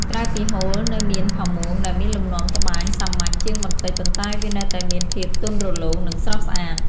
ក្រៅពីហូល នៅមាន ផាមួង ដែលមានលំនាំត្បាញសាមញ្ញជាងបន្តិច ប៉ុន្តែវានៅតែមានភាពទន់រលោង និងស្រស់ស្អាត។